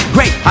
Great